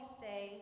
say